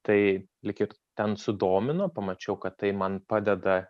tai lyg ir ten sudomino pamačiau kad tai man padeda